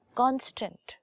constant